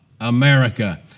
America